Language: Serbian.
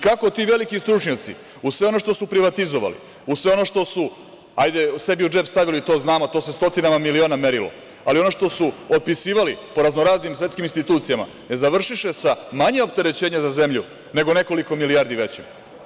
Kako ti veliki stručnjaci uz sve ono što su privatizovali, uz sve ono što, ajde, sebi u džep stavili, to znamo, to se stotinama miliona merilo, ali ono što su otpisivali po raznoraznim svetskim institucijama, jel završiše sa manje opterećenja po zemlju, nego nekoliko milijardi većim.